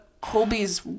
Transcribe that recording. colby's